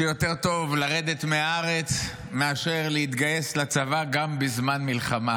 שיותר טוב לרדת מהארץ מאשר להתגייס לצבא גם בזמן מלחמה.